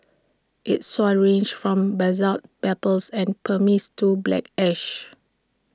its soils range from basalt pebbles and pumice to black ash